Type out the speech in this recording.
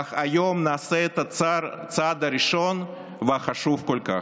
אך היום נעשה את הצעד הראשון והחשוב כל כך.